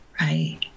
Right